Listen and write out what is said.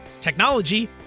technology